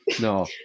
no